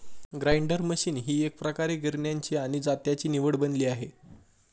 grinder machine ही एकप्रकारे गिरण्यांची आणि जात्याची निवड बनली आहे